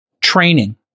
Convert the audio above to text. Training